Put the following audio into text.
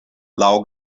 laŭ